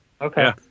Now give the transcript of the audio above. Okay